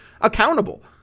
accountable